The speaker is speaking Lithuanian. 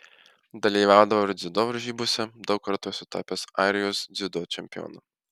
dalyvaudavau ir dziudo varžybose daug kartų esu tapęs airijos dziudo čempionu